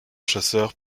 chasseurs